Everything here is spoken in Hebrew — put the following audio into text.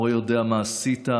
המורה יודע מה עשית,